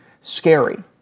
scary